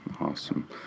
Awesome